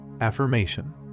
Affirmation